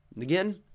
Again